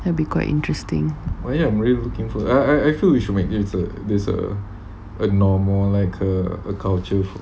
and be quite interesting